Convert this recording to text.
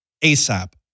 ASAP